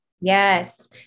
Yes